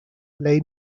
lay